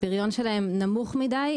הפריון שלהם נמוך מדיי,